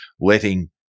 letting